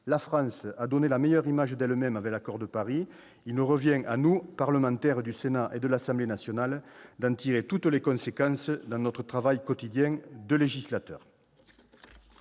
La France a donné la meilleure image d'elle-même avec l'Accord de Paris. Il nous revient, à nous parlementaires, d'en tirer toutes les conséquences dans notre travail quotidien de législateur.